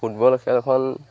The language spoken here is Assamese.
ফুটবল খেলখন